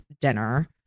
dinner